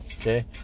Okay